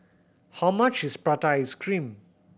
how much is prata ice cream